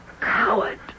Coward